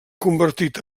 convertit